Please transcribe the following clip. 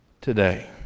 today